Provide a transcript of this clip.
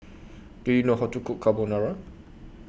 Do YOU know How to Cook Carbonara